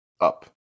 up